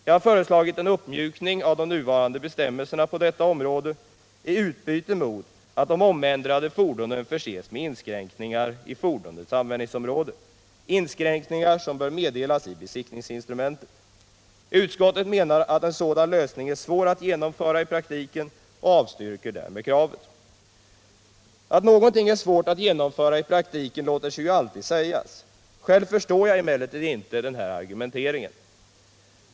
Jag har föreslagit en uppmjukning av de nuvarande bestämmelserna på detta område i utbyte mot att de omändrade fordonen förses med inskränkningar i fordonens användningsområde, inskränkningar som bör meddelas i besiktningsinstrumentet. Utskottet menar att en sådan lösning är svår att genomföra i praktiken och avstyrker därmed kravet. Att någonting är svårt att genomföra i praktiken låter sig ju alltid sägas. Själv förstår jag emellertid inte denna argumentering.